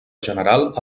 general